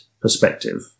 perspective